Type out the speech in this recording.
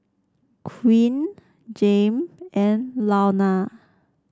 Quinn Jame and Launa